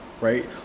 right